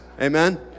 amen